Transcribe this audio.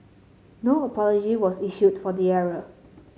no apology was issued for the error